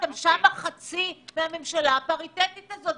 מפלגתכם מהווה חצי מהממשלה הפריטטית הזו.